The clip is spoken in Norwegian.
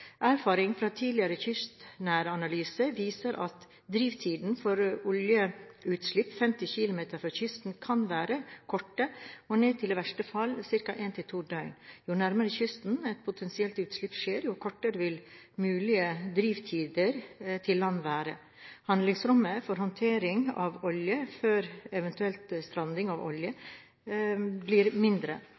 fra tidligere kystnære analyser viser at drivtider for oljeutslipp 50 km fra kysten kan være korte og ned til i verste fall ca. ett–to døgn. Jo nærmere kysten et potensielt utslipp skjer, jo kortere vil mulige drivtider til land være. Handlingsrommet for håndtering av olje før eventuell stranding av olje blir mindre,